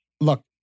look